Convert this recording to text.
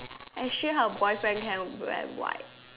actually her boyfriend can wear white